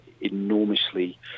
enormously